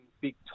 big